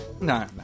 No